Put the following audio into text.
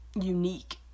unique